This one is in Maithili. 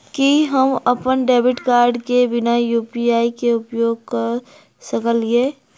की हम अप्पन डेबिट कार्ड केँ बिना यु.पी.आई केँ उपयोग करऽ सकलिये?